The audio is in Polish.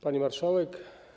Pani Marszałek!